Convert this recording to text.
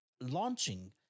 launching